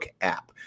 app